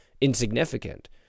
insignificant